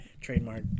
Trademark